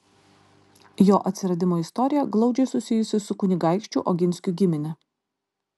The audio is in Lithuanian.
jo atsiradimo istorija glaudžiai susijusi su kunigaikščių oginskių gimine